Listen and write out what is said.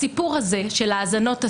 הסיפור הזה של האזנות הסתר,